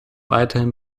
weiterhin